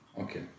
Okay